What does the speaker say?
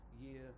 year